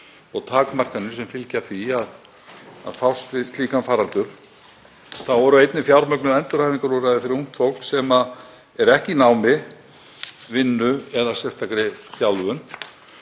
þær takmarkanir sem fylgja því að fást við slíkan faraldur. Þá voru einnig fjármögnuð endurhæfingarúrræði fyrir ungt fólk sem er ekki í námi, vinnu eða sérstakri þjálfun.